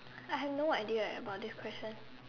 I have no idea eh about this question